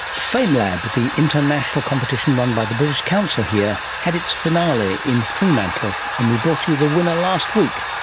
famelab, but the international competition run by the british council here had its finale in fremantle, and we brought you the winner last week.